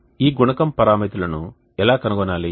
ఈ గుణకం పరామితులను ఎలా కనుగొనాలి